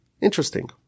interesting